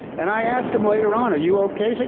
and i asked him later on, are you okay?